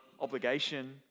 obligation